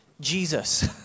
Jesus